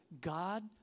God